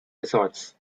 resorts